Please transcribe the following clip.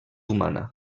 humana